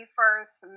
first